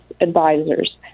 Advisors